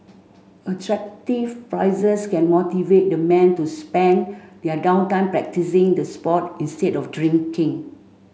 attractive prizes can motivate the men to spend their down time practising the sport instead of drinking